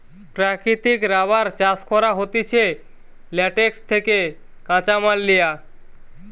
প্রাকৃতিক রাবার চাষ করা হতিছে ল্যাটেক্স থেকে কাঁচামাল লিয়া